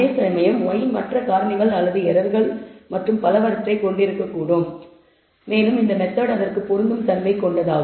அதேசமயம் y மற்ற காரணிகள் அல்லது எரர்கள் மற்றும் பலவற்றைக் கொண்டிருக்கக்கூடும் மேலும் இந்த மெத்தட் அதற்கு பொருந்தும் தன்மை கொண்டது